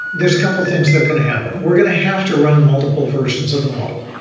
there's a couple things that are going to happen. we're going to have to run multiple versions of the model.